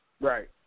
Right